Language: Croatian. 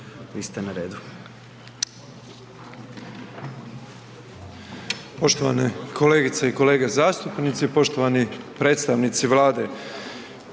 vi ste na redu.